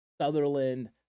Sutherland